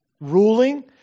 ruling